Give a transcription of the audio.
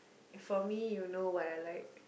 for me you know what I like